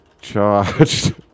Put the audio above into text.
charged